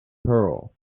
pearl